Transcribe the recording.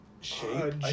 shape